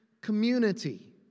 community